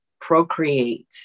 procreate